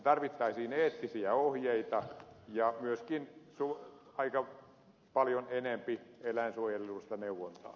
tarvittaisiin eettisiä ohjeita ja myöskin aika paljon enempi eläinsuojelullista neuvontaa